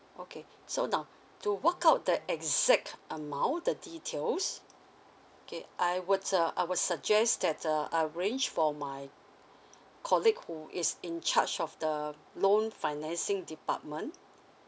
okay so now to work out the exact amount the details okay I would uh I would suggest that uh arrange for my colleague who is in charge of the loan financing department